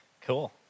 Cool